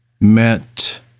met